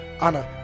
Anna